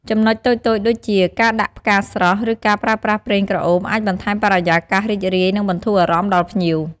ចំណុចតូចៗដូចជា ការដាក់ផ្កាស្រស់ ឬការប្រើប្រាស់ប្រេងក្រអូប អាចបន្ថែមបរិយាកាសរីករាយ និងបន្ធូរអារម្មណ៍ដល់ភ្ញៀវ។